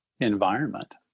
environment